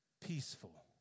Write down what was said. peaceful